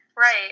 Right